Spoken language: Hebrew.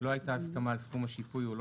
"לא הייתה הסכמה על סכום השיפוי או לא